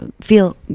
feel